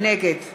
נגד